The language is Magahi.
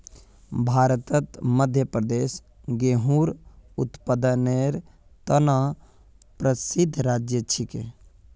भारतत मध्य प्रदेश गेहूंर उत्पादनेर त न प्रसिद्ध राज्य छिके